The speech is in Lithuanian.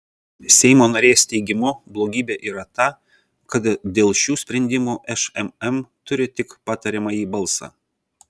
seimo narės teigimu blogybė yra ta kad dėl šių sprendimų šmm turi tik patariamąjį balsą